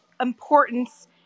importance